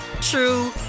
true